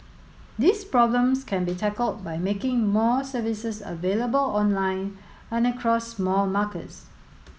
these problems can be tackled by making more services available online and across more markets